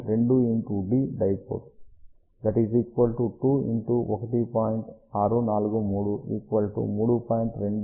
D monopole 2∗D die పోల్2∗1